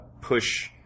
push